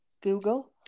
Google